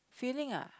feeling ah